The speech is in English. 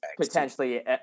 potentially